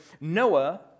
Noah